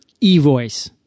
eVoice